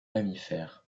mammifères